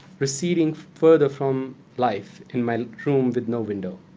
receding further from life in my room with no window.